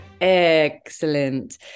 Excellent